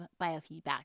biofeedback